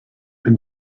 been